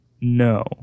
No